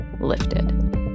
lifted